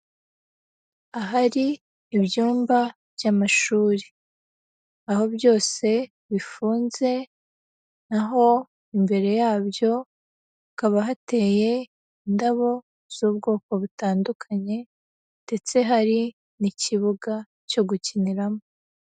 Ahari ibyumba by'amashuri, aho byose bifunze, naho imbere yabyo hakaba hateye indabo z'ubwoko butandukanye ndetse hari n'ikibuga cyo gukiniramo.